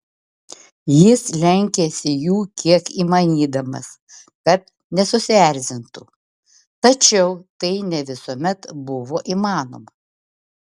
jis lenkėsi jų kiek įmanydamas kad nesusierzintų tačiau tai ne visuomet buvo įmanoma